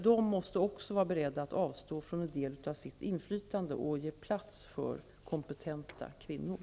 De måste också vara beredda att avstå från en del av sitt inflytande och ge plats för kompetenta kvinnor.